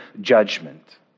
judgment